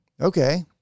Okay